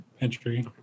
entry